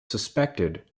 suspected